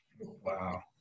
Wow